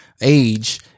age